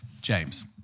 James